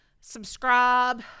subscribe